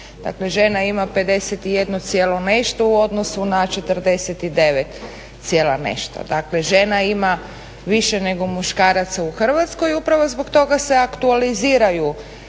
žena ima 51, nešto u odnosu na 49, nešto. Dakle žena ima više nego muškaraca u Hrvatskoj i upravo zbog toga se aktualiziraju